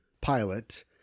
pilot